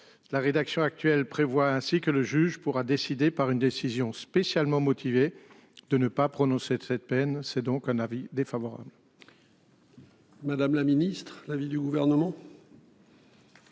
La rédaction actuelle prévoit ainsi que le juge pourra décider par une décision spécialement motivée de ne pas prononcer cette peine. C'est donc un avis défavorable.